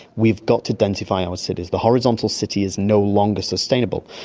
we've got to densify our cities. the horizontal city is no longer sustainable.